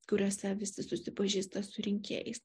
kuriuose visi susipažįsta su rinkėjais